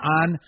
on